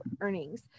earnings